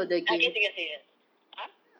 I guess you can say that !huh!